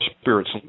Spirits